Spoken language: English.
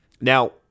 Now